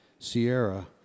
Sierra